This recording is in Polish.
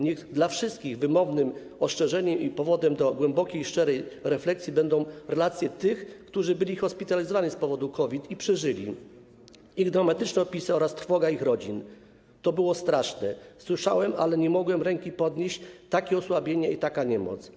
Niech dla wszystkich wymownym ostrzeżeniem i powodem do głębokiej i szczerej refleksji będą relacje tych, którzy byli hospitalizowani z powodu COVID i przeżyli, ich dramatyczne opisy oraz trwoga ich rodzin: to było straszne, słyszałem, ale nie mogłem ręki podnieść, takie osłabienie i taka niemoc.